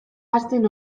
ahazten